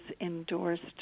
endorsed